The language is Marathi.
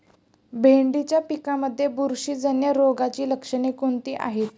भेंडीच्या पिकांमध्ये बुरशीजन्य रोगाची लक्षणे कोणती आहेत?